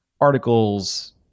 articles